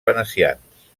venecians